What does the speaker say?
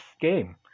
game